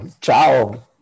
ciao